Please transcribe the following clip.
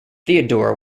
theodora